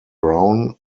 brown